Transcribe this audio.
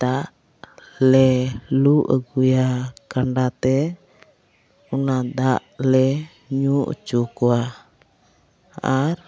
ᱫᱟᱜ ᱞᱮ ᱞᱩ ᱟᱹᱜᱩᱭᱟ ᱠᱟᱸᱰᱟᱛᱮ ᱚᱱᱟ ᱫᱟᱜᱞᱮ ᱧᱩ ᱚᱪᱚ ᱠᱚᱣᱟ ᱟᱨ